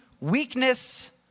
weakness